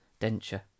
denture